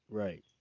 right